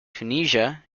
tunisia